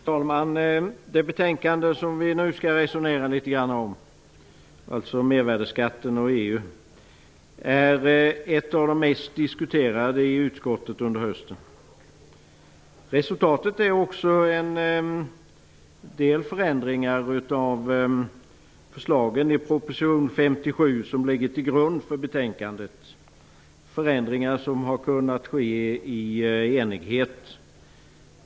Herr talman! Det betänkande vi nu skall resonera om, Mervärdesskatten och EU, är ett av de mest diskuterade i utskottet under hösten. Resultatet har blivit en del förändringar i förslagen i proposition 57, som ligger till grund för betänkandet. Det är förändringar som har kunnat ske i enighet.